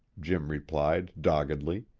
jim replied doggedly.